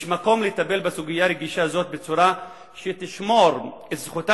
יש מקום לטפל בסוגיה רגישה זו בצורה שתשמור את זכותה